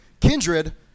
Kindred